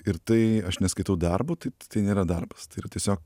ir tai aš neskaitau darbu tai tai nėra darbas tai yra tiesiog